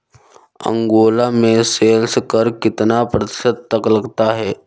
Angola में sales कर कितना प्रतिशत तक लगता है?